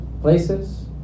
places